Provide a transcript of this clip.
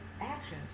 actions